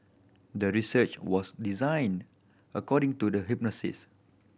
the research was designed according to the hypothesis